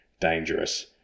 dangerous